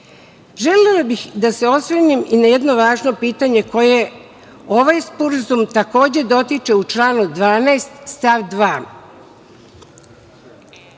bih da se osvrnem i na jedno važno pitanje koje ovaj sporazum takođe dotiče u članu 12. stav 2.